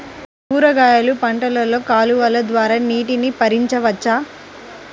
కూరగాయలు పంటలలో కాలువలు ద్వారా నీటిని పరించవచ్చా?